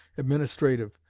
administrative,